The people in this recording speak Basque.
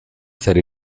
zer